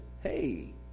hey